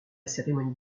cérémonie